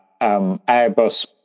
Airbus